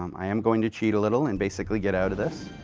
um i am going to cheat a little and basically get out of this.